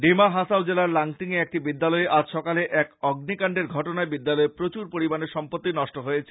ডিমাহাসাও জেলার লাংটিং এ একটি বিদ্যালয়ে আজ সকালে এক অগ্নিকান্ডের ঘটনায় বিদ্যালয়ের প্রচুর পরিমানের সম্পত্তি নষ্ট হয়েছে